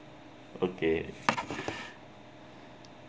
okay